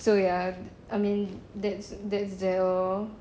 so ya I mean that's that's that lor